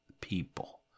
people